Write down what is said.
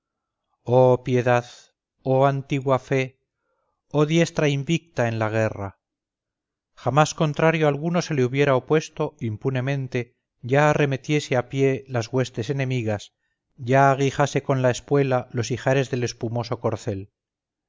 oh piedad oh antigua fe oh diestra invicta en la guerra jamás contrario alguno se le hubiera opuesto impunemente ya arremetiese a pie las huestes enemigas ya aguijase con la esquela los ijares de espumoso corcel